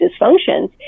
dysfunctions